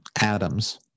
atoms